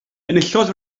enillodd